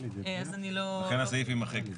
לכן הסעיף יימחק.